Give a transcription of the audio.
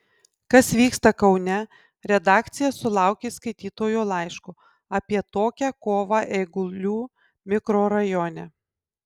kas vyksta kaune redakcija sulaukė skaitytojo laiško apie tokią kovą eigulių mikrorajone